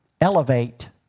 elevate